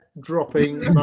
dropping